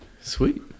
Sweet